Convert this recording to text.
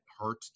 hurt